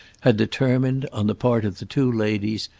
had determined, on the part of the two ladies,